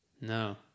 No